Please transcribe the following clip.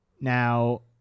Now